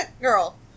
girl